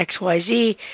XYZ